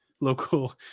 local